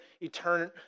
eternal